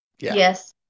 Yes